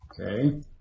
Okay